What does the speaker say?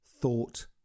thought